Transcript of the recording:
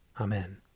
Amen